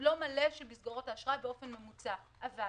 של מסגרות האשראי אכן לא מלא באופן ממוצע, אבל